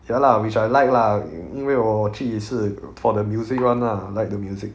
ya lah which I like lah 因为我我去是 for the music [one] ah I like the music